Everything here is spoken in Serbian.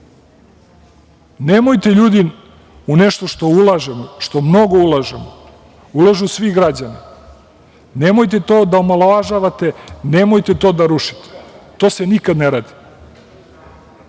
Nemojte, ljudi, u nešto što ulažemo, što mnogo ulažemo, ulažu svi građani, nemojte to da omalovažavate, nemojte to da rušite, to se nikada ne radi.